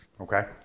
Okay